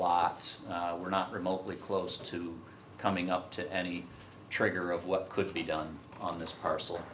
locks were not remotely close to coming up to any trigger of what could be done on this parcel